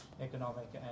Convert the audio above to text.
economic